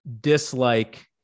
dislike